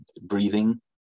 breathing